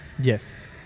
Yes